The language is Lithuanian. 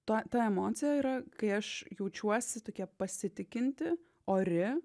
ta ta emocija yra kai aš jaučiuosi tokia pasitikinti ori